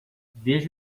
veja